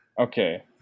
Okay